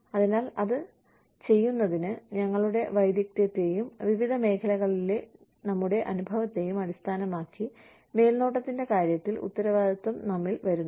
അതിനാൽ അത് ചെയ്യുന്നതിന് ഞങ്ങളുടെ വൈദഗ്ധ്യത്തെയും വിവിധ മേഖലകളിലെ ഞങ്ങളുടെ അനുഭവത്തെയും അടിസ്ഥാനമാക്കി മേൽനോട്ടത്തിന്റെ കാര്യത്തിൽ ഉത്തരവാദിത്തം നമ്മിൽ വരുന്നു